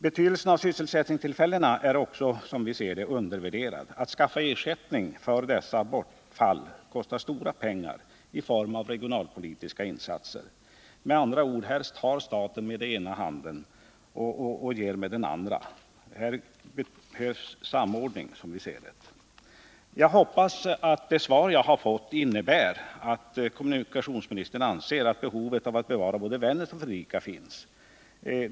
Betydelsen för sysselsättningen är också, som vi ser det, undervärderad. Att skaffa ersättning för detta bortfall av arbetstillfällen kostar stora pengar i form av regionalpolitiska insatser. Med andra ord tar staten här med den ena handen och ger tillbaka med den andra. Här behövs samordning. Jag hoppas att det svar jag har fått innebär att kommunikationsministern inser behovet av att bevara arbetsområdena i Vännäs och Fredrika.